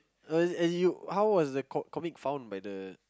uh and and you how was the co~ comic found by the